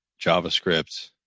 JavaScript